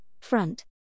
front